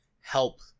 help